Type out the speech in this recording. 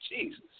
Jesus